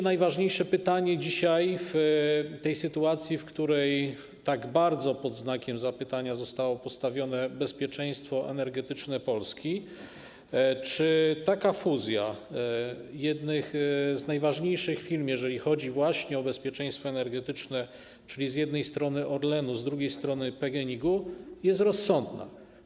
Najważniejsze pytanie dzisiaj w tej sytuacji, w której tak bardzo pod znakiem zapytania zostało postawione bezpieczeństwo energetyczne Polski, jest takie: Czy taka fuzja jednych z najważniejszych firm, jeżeli chodzi o bezpieczeństwo energetyczne - z jednej strony Orlenu, z drugiej strony PGNiG - jest rozsądna?